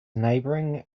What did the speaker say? neighboring